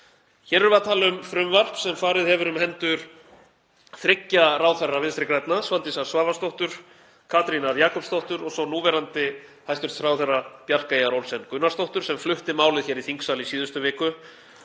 Hér erum við að tala um frumvarp sem farið hefur um hendur þriggja ráðherra Vinstri grænna; Svandísar Svavarsdóttur, Katrínar Jakobsdóttur, og svo núverandi hæstv. ráðherra Bjarkeyjar Olsen Gunnarsdóttur sem flutti málið hér í þingsal í síðustu viku